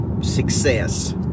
success